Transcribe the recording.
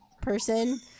person